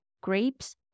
grapes